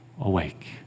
awake